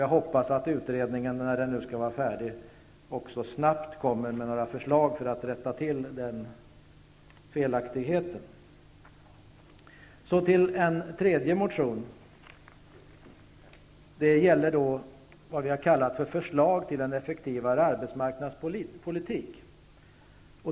Jag hoppas att utredningen, när den nu skall vara färdig, snabbt kommer med några förslag för att rätta till den felaktigheten. Jag skall ta upp en tredje motion, och det gäller vad vi har kallat förslag till en effektivare arbetsmarknadspolitik.